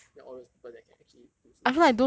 then all those people that can actually 读书 is